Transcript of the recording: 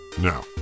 Now